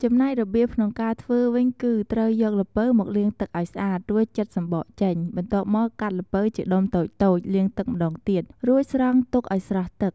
ចំណែករបៀបក្នុងការធ្វើវិញគឺ ត្រូវយកល្ពៅមកលាងទឹកឲ្យស្អាត រួចចិតសំបកចេញ បន្ទាប់មកកាត់ល្ពៅជាដុំតូចៗ លាងទឹកម្តងទៀត រួចស្រង់ទុកឲ្យស្រក់ទឹក។